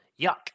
Yuck